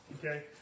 Okay